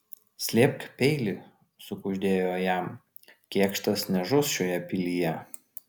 slėpk peilį sukuždėjo jam kėkštas nežus šioje pilyje